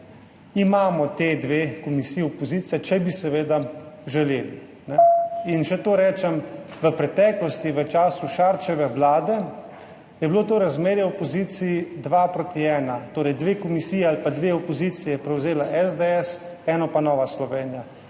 imamo ti dve komisiji opozicije, če bi seveda želeli. In še to rečem. V preteklosti, v času Šarčeve vlade je bilo to razmerje v opoziciji 2 : 1. Torej dve komisiji ali pa dve opoziciji je prevzela SDS, eno pa Nova Slovenija.